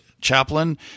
chaplain